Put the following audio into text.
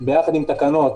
ביחד עם תקנות